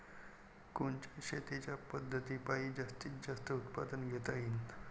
कोनच्या शेतीच्या पद्धतीपायी जास्तीत जास्त उत्पादन घेता येईल?